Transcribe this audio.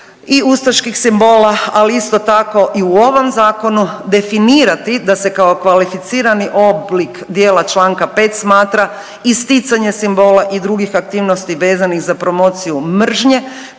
i ustaških simbola, ali isto tako i u ovom zakonu definirati da se kao kvalificirani oblik dijela čl. 5 smatra isticanje simbola i drugih aktivnosti vezanih za promociju mržnje